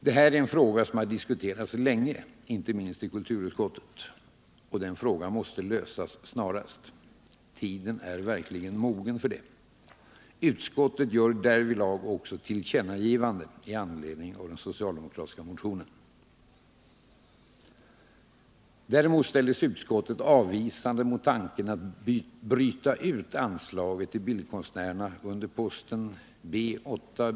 Det här är en fråga som diskuterats länge - inte minst i kulturutskottet. Och den frågan måste lösas snarast. Tiden är verkligen mogen för det. Utskottet gör därvidlag också ett tillkännagivande med anledning av den socialdemokratiska motionen. Däremot ställer sig utskottet avvisande till tanken att bryta ut anslaget till bildkonstnärerna under posten B 8.